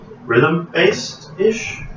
rhythm-based-ish